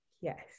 Yes